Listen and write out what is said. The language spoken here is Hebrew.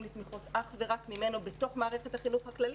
לתמיכות אך ורק ממנו בתוך מערכת החינוך הכללית.